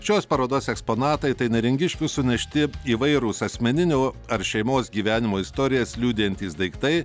šios parodos eksponatai tai neringiškių sunešti įvairūs asmeninio ar šeimos gyvenimo istorijas liudijantys daiktai